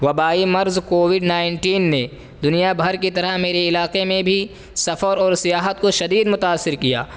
وبائی مرض COVID nineteen نے دنیا بھر کی طرح میرے علاقے میں بھی سفر اور سیاحت کو شدید متاثر کیا